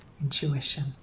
intuition